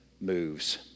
moves